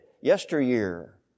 yesteryear